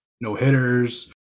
no-hitters